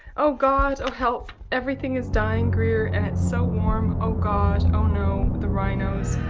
oh god oh help everything is dying greer, and it's so warm, oh god oh no the rhinos,